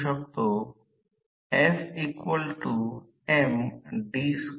तर म्हणूनच हा SE1 येथे आहे त्याचप्रकारे येथे आहे की हा प्रत्यक्षात SE1 आहे